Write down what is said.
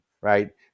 right